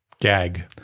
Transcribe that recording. gag